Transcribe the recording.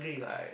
I